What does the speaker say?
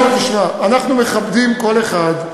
אנחנו מכבדים כל אחד.